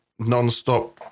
nonstop